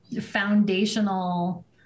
foundational